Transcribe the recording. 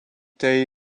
day